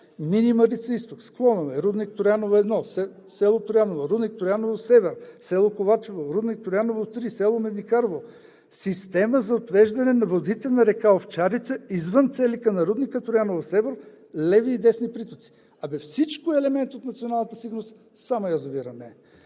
„Мини Марица изток“ склонове, рудник „Трояново-1“ – село Трояново, рудник „Трояново-север“ – село Ковачево, рудник „Трояново-3“ – село Медникарово, система за отвеждане на водите на река Овчарица извън целите на рудника „Трояново-север“ леви и десни притоци, абе всичко е елемент от националната сигурност, само язовирът не е.